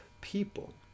people